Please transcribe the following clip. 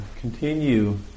continue